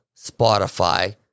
Spotify